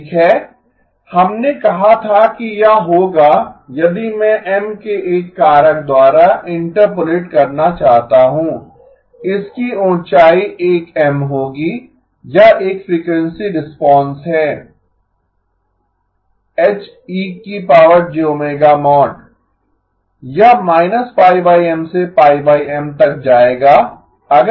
ठीक है हमने कहा था कि यह होगा यदि मैं M के एक कारक द्वारा इंटरपोलेट करना चाहता हूं इसकी ऊंचाई एक M होगी यह एक फ़्रीक्वेंसी रिस्पांस है यह से तक जाएगा